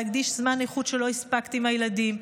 להקדיש זמן איכות שלא הספקת עם הילדים,